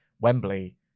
Wembley